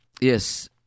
yes